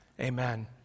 Amen